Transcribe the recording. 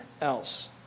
else